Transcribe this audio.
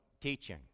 teaching